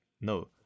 no